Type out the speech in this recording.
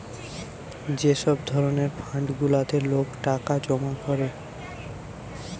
যে সব ধরণের ফান্ড গুলাতে লোক টাকা জমা করে